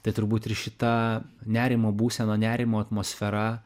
tai turbūt ir šita nerimo būsena nerimo atmosfera